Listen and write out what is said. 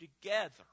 together